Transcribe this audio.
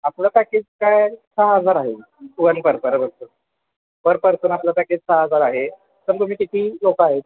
आपलं पॅकेज काय सहा हजार आहे वन पर पर्सन आपलं पॅकेज सहा हजार आहे पण तुम्ही किती लोक आहात